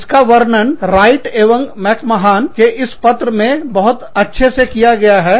इसका वर्णन राइट एवं मैकमहान इस पत्र में बहुत अच्छे से किया है